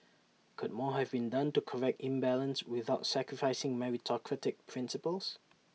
could more have been done to correct imbalance without sacrificing meritocratic principles